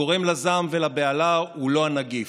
הגורם לזעם ולבהלה הוא לא הנגיף,